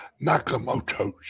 Nakamoto's